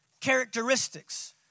characteristics